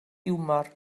hiwmor